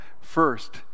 first